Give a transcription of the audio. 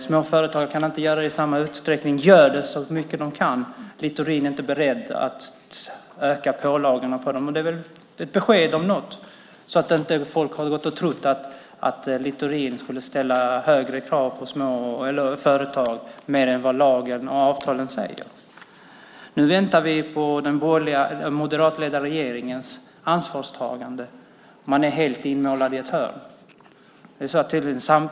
Småföretagen kan inte göra det i samma utsträckning men gör det så mycket de kan. Littorin är inte beredd att öka pålagorna på dem. Det är väl ett besked om något, så att inte folk går och tror att Littorin skulle ställa högre krav på företag än vad lagen och avtalen säger. Nu väntar vi på den moderatledda regeringens ansvarstagande. Man är helt inmålad i ett hörn.